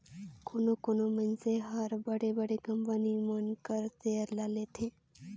कोनो कोनो मइनसे हर बड़े बड़े कंपनी मन कर सेयर ल लेथे